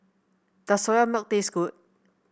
does Soya Milk taste good